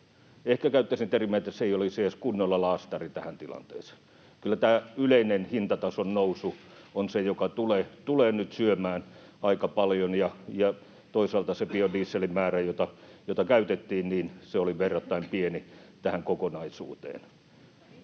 ehkä käyttäisin tällaista termiä — edes kunnolla ”laastari” tähän tilanteeseen. Kyllä tämä yleinen hintatason nousu on se, mikä tulee nyt syömään aika paljon, ja toisaalta se biodieselin määrä, jota käytettiin, oli verrattain pieni tähän kokonaisuuteen